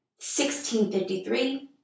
1653